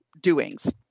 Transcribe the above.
doings